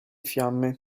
fiamme